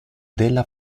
della